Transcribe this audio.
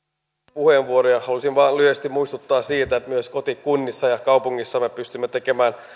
puheenvuoroja halusin vain lyhyesti muistuttaa siitä että myös kotikunnissa ja kaupungeissa me pystymme tekemään